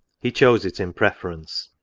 he chose it in preference.